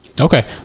Okay